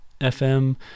FM